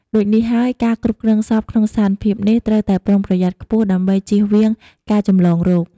ដូចនេះហើយ ការគ្រប់គ្រងសពក្នុងស្ថានភាពនេះត្រូវតែប្រុងប្រយ័ត្នខ្ពស់ដើម្បីជៀសវាងការចម្លងរោគ។